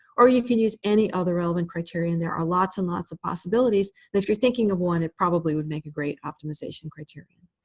or you can use any other relevant criteria. and there are lots and lots of possibilities. and if you're thinking of one, it probably would make a great optimization criteria.